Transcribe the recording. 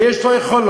ויש לו יכולות,